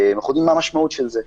אנחנו יודעים מה המשמעות של זה.